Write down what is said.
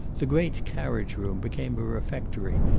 the great carriage-room became a refectory,